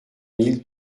mille